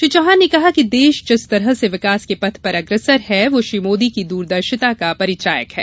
श्री चौहान ने कहा कि देश जिस तरह से विकास के पथ पर अग्रसर है वो श्री मोदी की दूरदर्शिता का परिचायक है